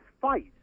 fight